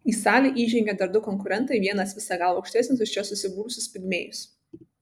į salę įžengia dar du konkurentai vienas visa galva aukštesnis už čia susibūrusius pigmėjus